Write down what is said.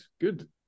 Good